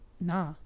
nah